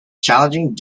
challenging